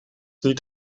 niet